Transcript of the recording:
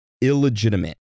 illegitimate